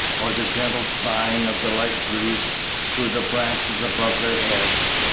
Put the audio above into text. or the gentle sighing of the light breeze through the branches above their heads.